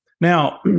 Now